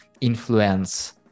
influence